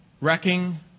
wrecking